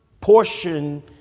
portion